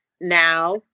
Now